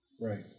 Right